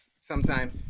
sometime